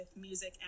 music